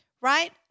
right